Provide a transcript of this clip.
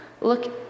Look